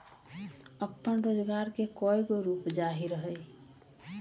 अप्पन रोजगार के कयगो रूप हाजिर हइ